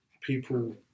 people